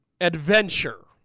adventure